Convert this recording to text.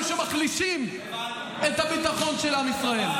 שמחלישים את הביטחון של עם ישראל.